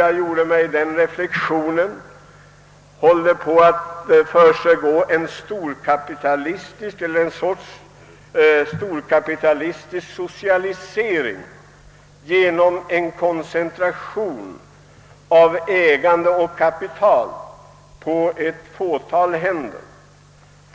Jag gjorde faktiskt reflexionen: Försiggår det ett slags storkapitalistisk socialisering genom en koncentration av ägande och kapital på ett fåtal händer?